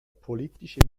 politisch